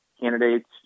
candidates